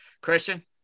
Christian